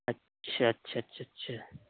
اچھا اچھا اچھا اچھا